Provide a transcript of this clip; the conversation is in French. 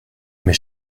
mes